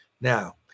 now